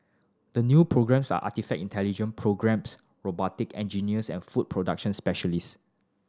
the new programmes are artifact intelligent programmers robotic engineers and food production specialist